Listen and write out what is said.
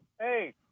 Hey